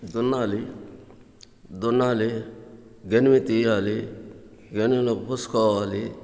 దున్నాలి దున్నాలి గెనుము తీయాలి గెనుములో పోసుకోవాలి